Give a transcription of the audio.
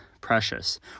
precious